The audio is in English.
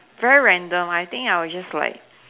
very random I think I will just like